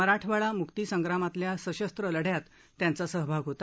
मराठवाडा मुक्ती संग्रामातल्या सशस्त्र लढ्यात त्यांचा सहभाग होता